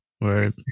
Right